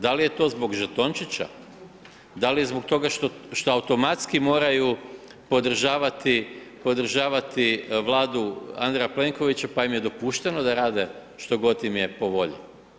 Da li je to zbog žetončića, da li zbog toga što automatski moraju podržavati, podržavati Vladu Andreja Plenkovića, pa im je dopušteno da rade što god im je po volji.